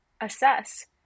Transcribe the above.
assess